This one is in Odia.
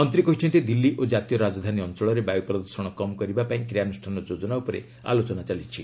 ମନ୍ତ୍ରୀ କହିଛନ୍ତି ଦିଲ୍ଲୀ ଓ ଜାତୀୟ ରାଜଧାନୀ ଅଞ୍ଚଳରେ ବାୟୁ ପ୍ରଦ୍ଷଣ କମ୍ କରିବା ପାଇଁ କ୍ରିୟାନୁଷ୍ଠାନ ଯୋଜନା ଉପରେ ଆଲୋଚନା ହୋଇଛି